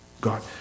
God